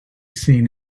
seen